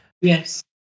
Yes